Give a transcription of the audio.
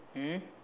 mm